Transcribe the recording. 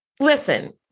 Listen